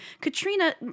Katrina